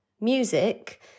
music